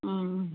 ம்